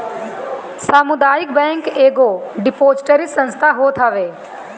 सामुदायिक बैंक एगो डिपोजिटरी संस्था होत हवे